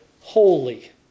holy